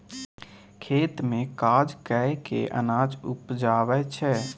खेत मे काज कय केँ अनाज उपजाबै छै